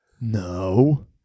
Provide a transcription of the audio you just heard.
No